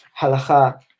Halacha